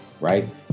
right